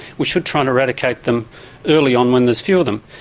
we should try and eradicate them early on when there's few of them.